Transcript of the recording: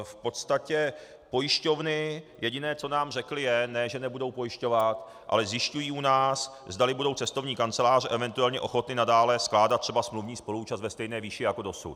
V podstatě pojišťovny jediné, co nám řekly, je, ne že nebudou pojišťovat, ale zjišťují u nás, zdali budou cestovní kanceláře eventuálně ochotny nadále skládat třeba smluvní spoluúčast ve stejné výši jako dosud.